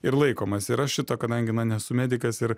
ir laikomas ir aš šito kadangi na nesu medikas ir